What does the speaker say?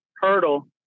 hurdle